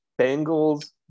Bengals